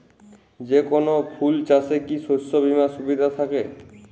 যেকোন ফুল চাষে কি শস্য বিমার সুবিধা থাকে?